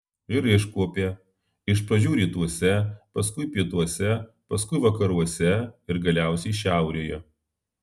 ir iškuopė iš pradžių rytuose paskui pietuose paskui vakaruose ir galiausiai šiaurėje